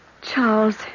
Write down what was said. Charles